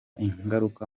ingaruka